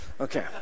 Okay